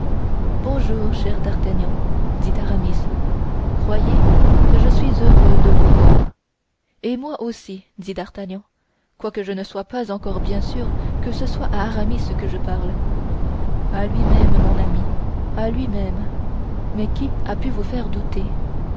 bonjour cher d'artagnan dit aramis croyez que je suis heureux de vous voir et moi aussi dit d'artagnan quoique je ne sois pas encore bien sûr que ce soit à aramis que je parle à lui-même mon ami à lui-même mais qui a pu vous faire douter